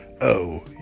Oh